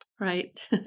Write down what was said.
Right